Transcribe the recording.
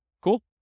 Cool